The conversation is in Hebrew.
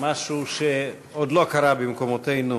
משהו שעוד לא קרה במקומותינו,